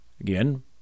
Again